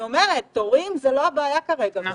תורים זו לא הבעיה כרגע.